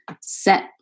set